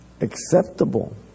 acceptable